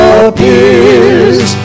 appears